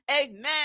Amen